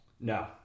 No